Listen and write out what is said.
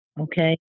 Okay